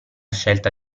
scelta